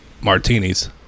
martinis